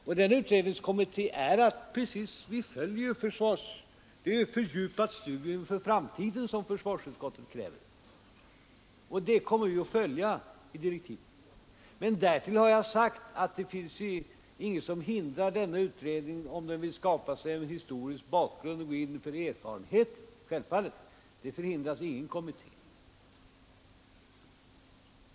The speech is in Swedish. Vad försvarsutskottet kräver är ett fördjupat studium för framtiden, och det kravet kommer vi att följa i direktiven till utredningen. Men jag har också sagt att ingenting hindrar utredningen att skapa sig den historiska bakgrund utredningen vill ha. Det är ju självklart. Något sådant hinder har ingen kommitté.